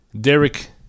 Derek